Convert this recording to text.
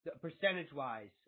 percentage-wise